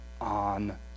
on